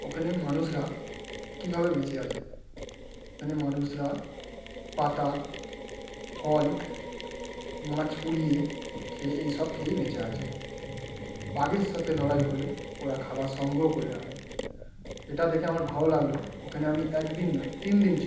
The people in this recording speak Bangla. ওখানে মানুষরা কীভাবে বেঁচে আছে ওখানে মানুষরা পাতা ফল মাছ পুড়িয়ে খেয়ে এইসব খেয়েই বেঁচে আছে বাঘের সাথে লড়াই করে ওরা খাবার সংগ্রহ করে আনে এটা দেখে আমার ভালো লাগলো ওখানে আমি এক দিন নয় তিন দিন ছিলাম